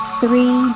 three